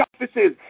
offices